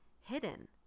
hidden